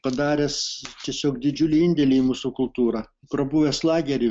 padaręs tiesiog didžiulį indėlį į mūsų kultūrą prabuvęs lagery